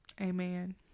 Amen